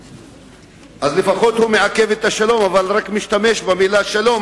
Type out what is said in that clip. אז לפחות הוא מעכב את השלום אבל רק משתמש במלה "שלום",